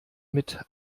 mit